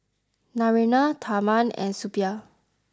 Naraina Tharman and Suppiah